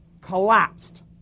collapsed